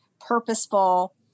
purposeful